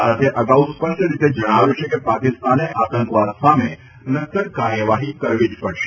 ભારતે અગાઉ સ્પષ્ટ રીતે જણાવ્યું છે કે પાકિસ્તાને આતંકવાદ સામે નક્કર કાર્યવાહી કરવી જ પડશે